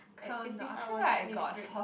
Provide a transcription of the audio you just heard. is is this our ten minutes break